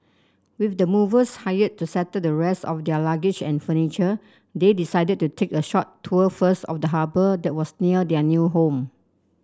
with the movers hired to settle the rest of their luggage and furniture they decided to take a short tour first of the harbour that was near their new home